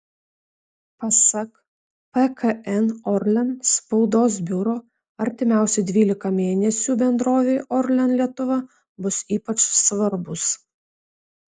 pasak pkn orlen spaudos biuro artimiausi dvylika mėnesių bendrovei orlen lietuva bus ypač svarbūs